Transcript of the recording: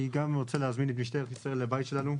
אני גם רוצה להזמין את משטרת ישראל לבית שלנו,